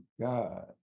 God